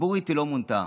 הציבורית היא לא מונתה,